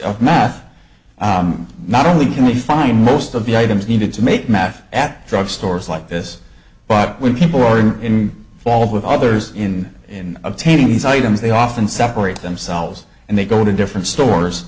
of math not only can we find most of the items needed to make math at drugstores like this but when people are in fault with others in in obtaining these items they often separate themselves and they go to different stores